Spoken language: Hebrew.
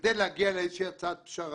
בכדי להגיע לאיזה שהיא הצעת פשרה.